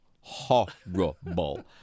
Horrible